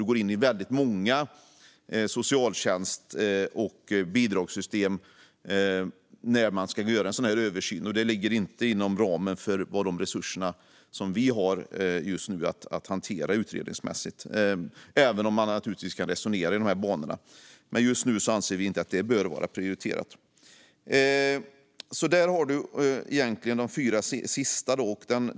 Vi går in i väldigt många socialtjänst och bidragssystem när en sådan här översyn ska göras, och det ligger inte inom ramen för de resurser vi just nu har att hantera detta utredningsmässigt - även om man naturligtvis kan resonera i dessa banor. Men just nu anser vi inte att detta bör vara prioriterat. Detta var de fyra sista reservationerna.